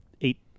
eight